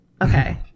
Okay